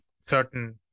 certain